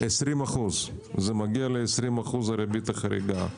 20%. זה מגיע ל-20% ריבית החריגה.